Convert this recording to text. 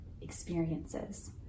experiences